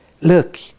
Look